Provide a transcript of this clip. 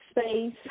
space